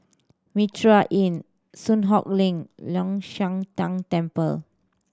Mitraa Inn Soon Hock Lane Long Shan Tang Temple